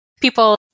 people